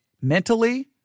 mentally